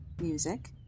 music